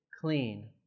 clean